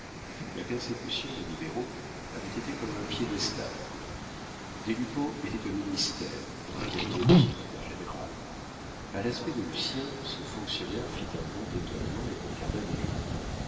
la persécution des libéraux avait été comme un piédestal pour lui des lupeaulx était au ministère dans le cabinet du secrétaire général a l'aspect de lucien ce fonctionnaire fit un bond d'étonnement et regarda des